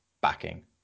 backing